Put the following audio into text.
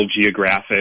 geographic